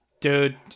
dude